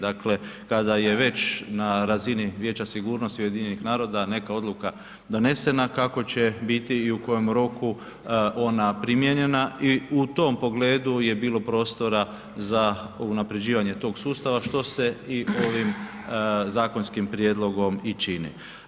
Dakle, kada je već na razini Vijeća sigurnosti UN-a neka odluka donesena, kako će biti i u kojem roku ona primijenjena i u tom pogledu je bilo prostora za unaprjeđivanje tog sustava, što se i ovim zakonskim prijedlogom i čini.